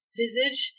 visage